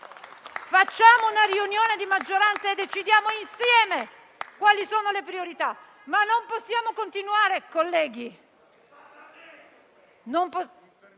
Facciamo una riunione di maggioranza e decidiamo insieme quali sono le priorità, ma non possiamo continuare...